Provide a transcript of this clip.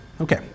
Okay